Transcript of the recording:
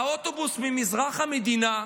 האוטובוס ממזרח המדינה,